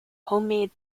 homemade